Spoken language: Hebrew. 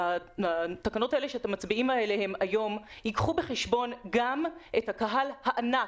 שהתקנות האלה שאתם מצביעים עליהן היום ייקחו בחשבון גם את הקהל הענק,